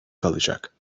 kalacak